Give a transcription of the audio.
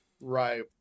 Right